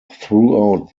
throughout